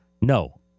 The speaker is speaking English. no